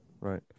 Right